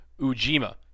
Ujima